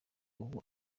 ubu